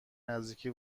نزدیکی